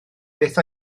beth